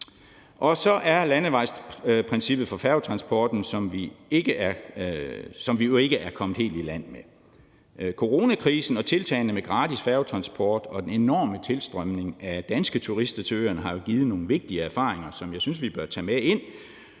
Så er der landevejsprincippet for færgetransporten, som vi jo ikke er kommet helt i mål med. Coronakrisen og tiltagene med gratis færgetransport og den enorme tilstrømning af danske turister til øerne har jo givet nogle vigtige erfaringer, som jeg synes vi bør tage med ind,